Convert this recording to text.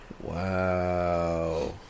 Wow